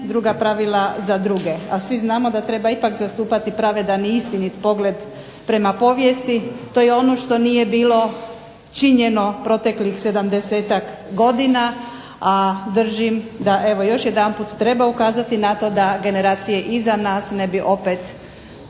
druga pravila za druge, a svi znamo da treba ipak zastupati pravedan i istinit pogled prema povijesti. To je ono što nije bilo činjeno proteklih 70-ak godina, a držim da evo još jedanput treba ukazati na to da generacije iza nas ne bi opet